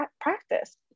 practice